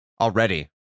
already